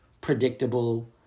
predictable